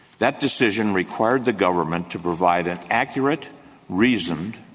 that decision required the government to provide an accurate reason,